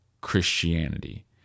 Christianity